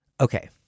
Okay